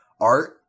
art